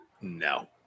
No